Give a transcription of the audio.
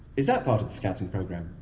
is that part of the scouting programme?